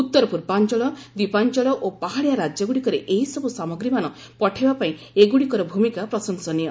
ଉତ୍ତର ପୂର୍ବାଞ୍ଚଳ ଦ୍ୱିପାଞ୍ଚଳ ଓ ପାହାଡ଼ିଆ ରାଜ୍ୟଗୁଡ଼ିକରେ ଏହିସବୁ ସାମଗ୍ରୀମାନ ପଠାଇବା ପାଇଁ ଏଗୁଡ଼ିକର ଭୂମିକା ପ୍ରଶଂସନୀୟ